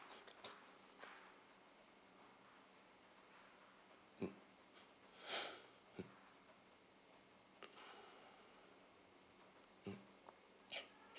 mm mm mm